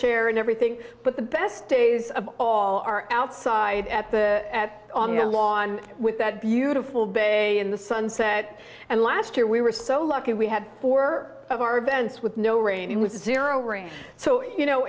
share in everything but the best days of all are outside at the on the lawn with that beautiful bay in the sunset and last year we were so lucky we had four of our events with no rain with zero rain so you know